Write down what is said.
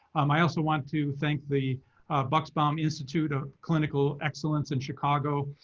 um i also want to thank the bucksbaum institute of clinical excellence in chicago,